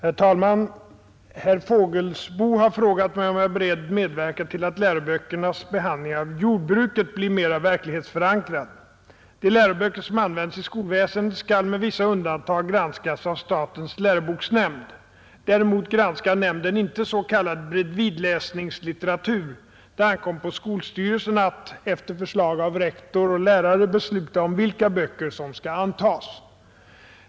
Herr talman! Herr Fågelsbo har frågat mig om jag är beredd medverka till att läroböckernas behandling av jordbruket blir mera verklighetsförankrad. De läroböcker som används i skolväsendet skall med vissa undantag granskas av statens läroboksnämnd. Däremot granskar nämnden inte s.k. bredvidläsningslitteratur. Det ankommer på skolstyrelsen att, efter förslag av rektor och lärare, besluta om vilka böcker som skall antas.